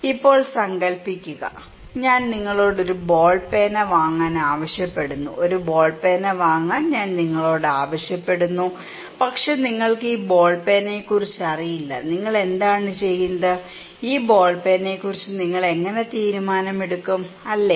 ഇപ്പോൾ സങ്കൽപ്പിക്കുക അപ്പോൾ ഞാൻ നിങ്ങളോട് ഒരു ബോൾ പേന വാങ്ങാൻ ആവശ്യപ്പെടുന്നു ഒരു ബോൾ പേന വാങ്ങാൻ ഞാൻ നിങ്ങളോട് ആവശ്യപ്പെടുന്നു പക്ഷേ നിങ്ങൾക്ക് ഈ ബോൾ പേനയെക്കുറിച്ച് അറിയില്ല നിങ്ങൾ എന്താണ് ചെയ്യുന്നത് ഈ ബോൾ പേനയെക്കുറിച്ച് നിങ്ങൾ എങ്ങനെ തീരുമാനമെടുക്കും അല്ലേ